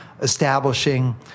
establishing